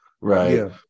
right